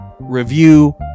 review